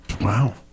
Wow